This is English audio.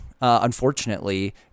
unfortunately